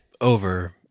over